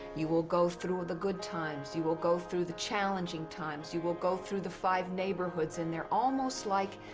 you will go through the good times. you will go through the challenging times. you will go through the five neighborhoods, and they're almost like,